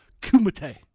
Kumite